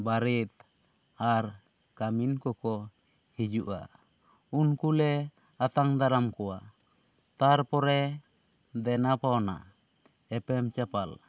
ᱵᱟᱨᱮᱛ ᱟᱨ ᱠᱟᱹᱢᱤᱞ ᱠᱚ ᱠᱚ ᱦᱤᱡᱩᱜᱼᱟ ᱩᱱᱠᱩ ᱞᱮ ᱟᱛᱟᱝ ᱫᱟᱨᱟᱢ ᱠᱚᱣᱟ ᱛᱟᱨᱯᱚᱨᱮ ᱫᱮᱱᱟ ᱯᱟᱣᱱᱟ ᱮᱯᱮᱢ ᱪᱟᱯᱟᱞ